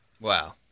Wow